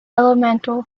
elemental